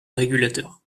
régulateur